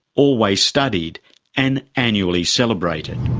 always studied and annually celebrated.